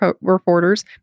reporters